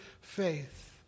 faith